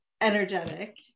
energetic